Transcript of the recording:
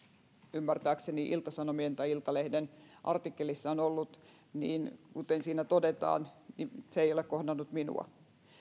ymmärtääkseni ilta sanomien tai iltalehden artikkelissa on ollut niin kuten siinä todetaan se ei ole kohdannut minua